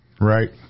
Right